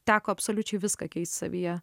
teko absoliučiai viską keist savyje